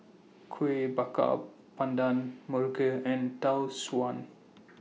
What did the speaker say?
Kueh Bakar Pandan Muruku and Tau Suan